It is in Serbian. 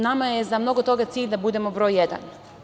Nama je za mnogo toga cilj da budemo broj jedan.